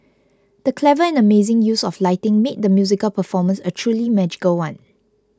the clever and amazing use of lighting made the musical performance a truly magical one